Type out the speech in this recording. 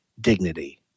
dignity